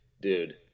dude